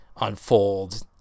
unfold